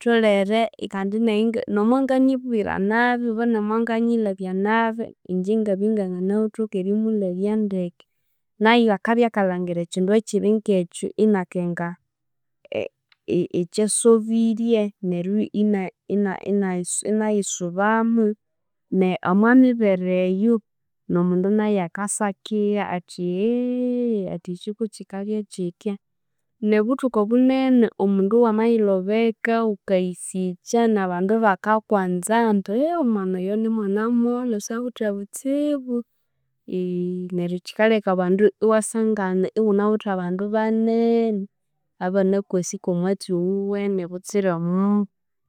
thulhere kandi nayi, n'omwanganyibwira nabi obo n'omwanganyilhabya nabi, ingye ingabya inganganathoke erimulhabya ndeke, nayo akabya akalhangira ekindu ekiri ng'ekyo inakenga ekyasobirye neryo ina- ina- inasu inayisubamu ne omo mibere eyo n'omundu nayo akasa akigha athi athi eki kokikabya kithya, n'obuthuku obunene omundu wamiyilhobeka wukayisikya, n'abandu bakakwanza ambu omwana oyo nimwana mwolho sawithe butsibu, neryo kikalheka abandu iwasangana iwunawithe abandu baneene abanakwasi kw'omwatsi owuwene butsire omubi.